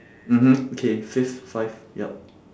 mmhmm okay fifth five yup